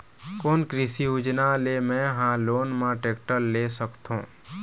कोन कृषि योजना ले मैं हा लोन मा टेक्टर ले सकथों?